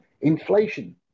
Inflation